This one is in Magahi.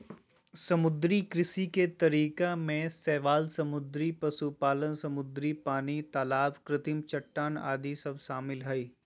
समुद्री कृषि के तरीका में शैवाल समुद्री पशुपालन, समुद्री पानी, तलाब कृत्रिम चट्टान आदि सब शामिल हइ